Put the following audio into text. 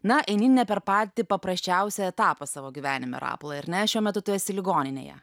na eini ne per patį paprasčiausią etapą savo gyvenime rapolai ar ne šiuo metu tu esi ligoninėje